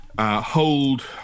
Hold